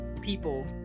people